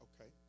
Okay